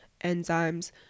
enzymes